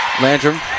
Landrum